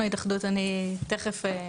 אנחנו ההתאחדות, אני תכף.